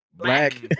black